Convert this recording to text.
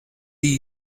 bond